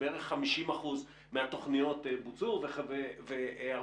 שאחוזים גדולים מהתוכניות לא בוצעו כלל.